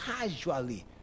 casually